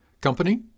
Company